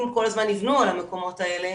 אם כל הזמן יבנו על המקומות האלה,